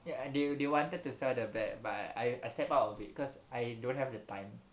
ya and they they wanted to sell the bag but I I stepped out of it cause I don't have the time